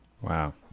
Wow